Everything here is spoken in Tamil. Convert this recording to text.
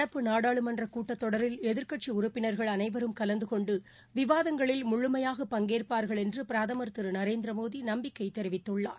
நடப்பு நாடாளுமன்ற கூட்டத்தொடரில் எதிர்கட்சி உறுப்பினர்கள் அனைவரும் கலந்து கொண்டு விவாதங்களில் முழுமையாக பங்கேற்பார்கள் என்று பிரதம் திரு நரேந்திரமோடி நம்பிக்கை தெரிவித்தார்